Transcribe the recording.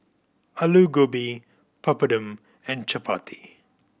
Alu Gobi Papadum and Chapati